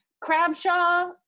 Crabshaw